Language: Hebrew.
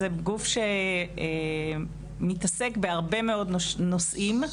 זה גוף שמתעסק בהרבה מאוד נושאים,